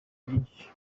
byinshi